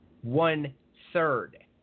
one-third